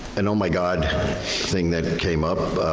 an oh my god thing that came up,